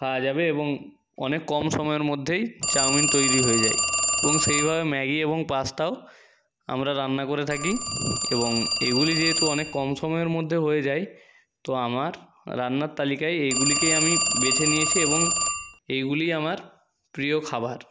খাওয়া যাবে এবং অনেক কম সময়ের মধ্যেই চাউমিন তৈরি হয়ে যায় এবং সেইভাবে ম্যাগি এবং পাস্তাও আমরা রান্না করে থাকি এবং এগুলি যেহেতু অনেক কম সময়ের মধ্যে হয়ে যায় তো আমার রান্নার তালিকায় এইগুলিকে আমি বেছে নিয়েছি এবং এইগুলি আমার প্রিয় খাবার